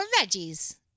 veggies